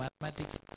mathematics